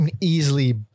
easily